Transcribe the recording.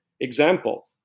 example